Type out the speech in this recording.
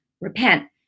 Repent